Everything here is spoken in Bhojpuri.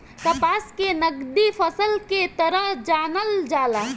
कपास के नगदी फसल के तरह जानल जाला